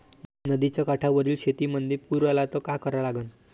नदीच्या काठावरील शेतीमंदी पूर आला त का करा लागन?